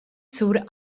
zur